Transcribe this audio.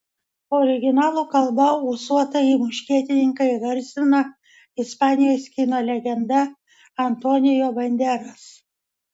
originalo kalba ūsuotąjį muškietininką įgarsina ispanijos kino legenda antonio banderas